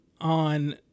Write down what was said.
on